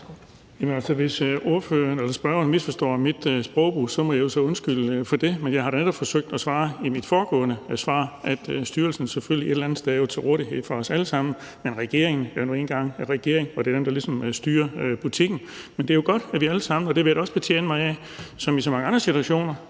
hvis ordføreren eller spørgeren misforstår min sprogbrug, må jeg jo så undskylde for det. Men jeg har da netop forsøgt i mit foregående svar at sige, at styrelsen selvfølgelig et eller andet sted er til rådighed for os alle sammen. Men regeringen er nu engang regering, og det er dem, der ligesom styrer butikken. Men det er jo godt, at vi alle sammen – og det vil jeg da også betjene mig af som i så mange andre situationer